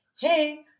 hey